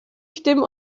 stimmen